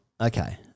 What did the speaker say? Okay